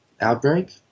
outbreak